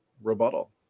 rebuttal